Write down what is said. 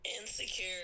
Insecure